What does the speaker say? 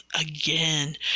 again